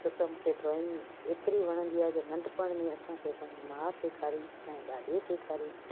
छो त मूंखे ड्रॉईंग एतिरो वणंदी आहे जो नंढपण में असांखे असांजी माउ सेखारी असांजे ॾाॾे सेखारी